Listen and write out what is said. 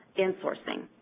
insourcing.